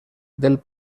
del